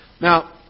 Now